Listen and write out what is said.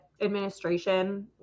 administration